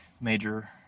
major